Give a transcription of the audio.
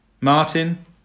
Martin